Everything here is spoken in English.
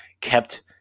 kept